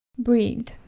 breathe